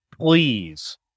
please